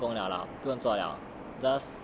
was a nicer 放工了 lah 不用坐 liao